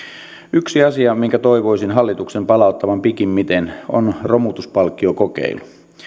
yksi asia minkä toivoisin hallituksen palauttavan pikimmiten on romutuspalkkiokokeilu